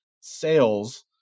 sales